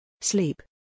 Sleep